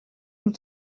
nous